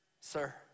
Sir